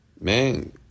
Man